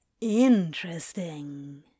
Interesting